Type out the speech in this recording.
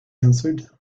answered